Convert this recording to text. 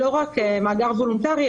לא רק מאגר וולונטרי,